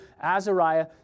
Azariah